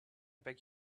beg